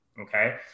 Okay